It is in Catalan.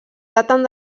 daten